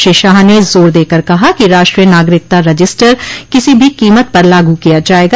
श्री शाह ने जोर देकर कहा कि राष्ट्रीय नागरिकता रजिस्टर किसी भी कीमत पर लागू किया जाएगा